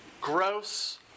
gross